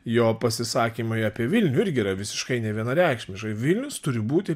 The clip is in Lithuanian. jo pasisakymai apie vilnių irgi yra visiškai nevienareikšmiškai vilnius turi būti